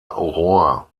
rohr